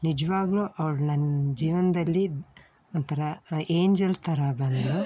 ನಿಜವಾಗ್ಲೂ ಅವ್ಳು ನನ್ನ ಜೀವನದಲ್ಲಿ ಒಂಥರ ಏಂಜಲ್ ಥರ ಬಂದ್ಲು